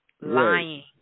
Lying